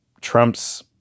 Trump's